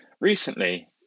Recently